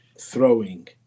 throwing